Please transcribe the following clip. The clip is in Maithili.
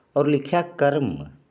आओर लिखैके क्रममे